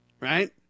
right